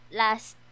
last